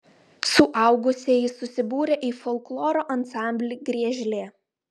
suaugusieji susibūrę į folkloro ansamblį griežlė